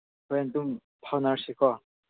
ꯍꯣꯔꯦꯟ ꯑꯗꯨꯝ ꯐꯥꯎꯅꯔꯁꯤꯀꯣ